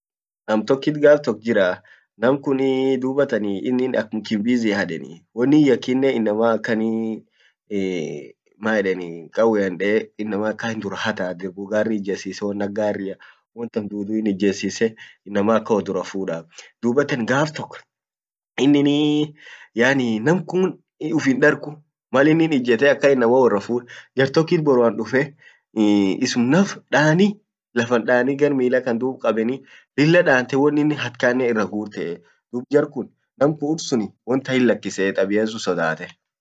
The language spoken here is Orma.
nam tokkit gaaf tok jiraa namkuni inni ak mukimbizia hadenii wonnin yakinne innama akanii maedeni kawwean dee innama akkan dura hataa garri ijjessiise won ak garria won tan duudu in ijjessiise innama akkan wo dura fuudaa duubatan gaaf tok inninii yaani namkuun uffin dargu malinni ijjette akkan innama woirra fuud jar tokkit boroan dufe isum naf daani lafan daani gar miilan kan duub kabeni lilla dante won innin hat kaanne irraguurte duub jarkun namkuni ursuni won tan hinlakkisee tabia sun sodaate